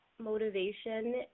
motivation